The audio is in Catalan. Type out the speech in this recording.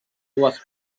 dues